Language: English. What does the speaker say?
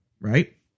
right